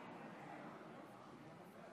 להלן תוצאות ההצבעה: בעד,